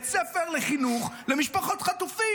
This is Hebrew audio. בית ספר לחינוך למשפחות חטופים.